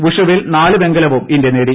വുഷുവിൽ നാല് വെങ്കലവും ഇന്ത്യ നേടി